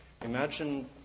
Imagine